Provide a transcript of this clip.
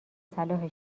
صلاح